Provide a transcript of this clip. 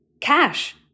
cash